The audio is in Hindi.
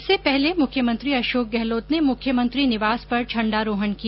इससे पहले मुख्यमंत्री अशोक गहलोत ने मुख्यमंत्री निवास पर झण्डारोहण किया